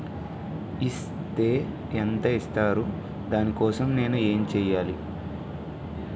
Is తే ఎంత ఇస్తారు దాని కోసం నేను ఎంచ్యేయాలి?